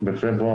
בפברואר